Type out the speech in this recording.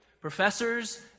Professors